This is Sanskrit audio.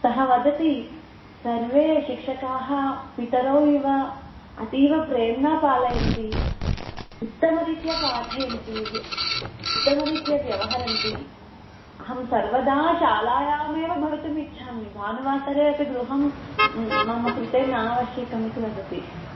सः वदति सर्वे शिक्षकाः पितरौ इव अतीवप्रेम्णा पालयन्ति उत्तमरीत्या पाठयन्ति उत्तमरीत्या व्यवहारन्ति अहं सर्वदा शालायाम् एव भवितुम् इच्छामि भानुवासरे अपि गृहं मम कृते ना आवश्यकम् इति वदति